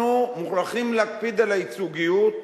אנחנו מוכרחים להקפיד על הייצוגיות.